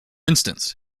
instance